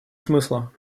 смысла